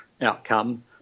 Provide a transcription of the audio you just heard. outcome